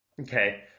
Okay